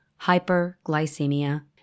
hyperglycemia